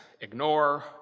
ignore